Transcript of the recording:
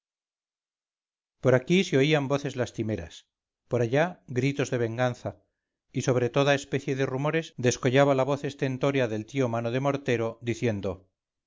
por aquí se oían voces lastimeras por allá gritos de venganza y sobre toda especie de rumores descollaba la voz estentórea del tío mano de mortero diciendo